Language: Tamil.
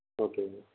ஓகேங்க